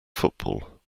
football